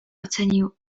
ocenił